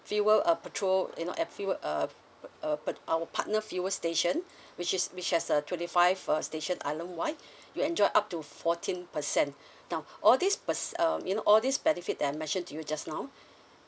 fuel uh petrol you know at fuel uh uh part~ our partner fuel station which is which has uh twenty five uh station island wide you enjoy up to fourteen percent now all this perce~ um you know all this benefit that I mentioned to you just now